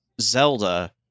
Zelda